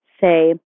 say